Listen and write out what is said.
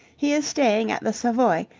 he is staying at the savoy,